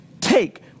take